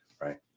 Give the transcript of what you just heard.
right